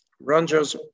rangers